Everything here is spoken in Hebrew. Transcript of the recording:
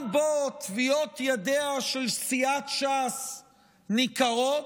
גם בו טביעות ידיה של סיעת ש"ס ניכרות,